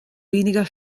weniger